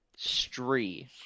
Stree